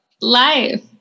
life